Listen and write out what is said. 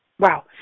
Wow